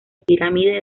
pirámide